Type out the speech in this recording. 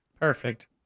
Perfect